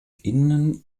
innen